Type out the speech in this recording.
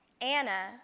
Anna